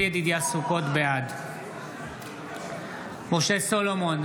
סוכות, בעד משה סולומון,